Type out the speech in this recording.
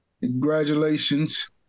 Congratulations